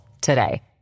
today